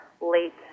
late